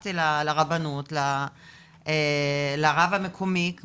הלכתי לרבנות לרב המקומי,